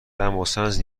دماسنج